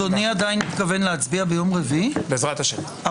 הישיבה ננעלה בשעה 13:10.